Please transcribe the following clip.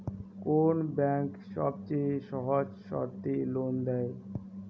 কোন ব্যাংক সবচেয়ে সহজ শর্তে লোন দেয়?